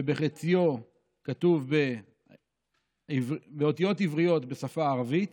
שחציו כתוב באותיות עבריות בשפה הערבית